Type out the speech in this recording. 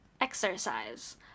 exercise